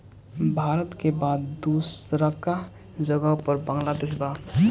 भारत के बाद दूसरका जगह पर बांग्लादेश बा